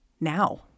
now